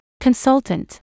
consultant